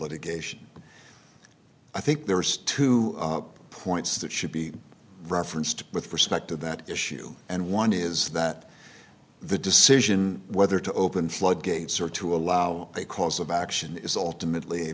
litigation i think there is two points that should be referenced with respect to that issue and one is that the decision whether to open floodgates or to allow a cause of action is ultimately